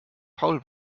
paul